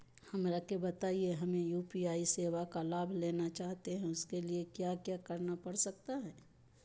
हमरा के बताइए हमें यू.पी.आई सेवा का लाभ लेना चाहते हैं उसके लिए क्या क्या करना पड़ सकता है?